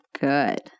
good